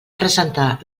presentar